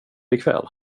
ikväll